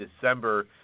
December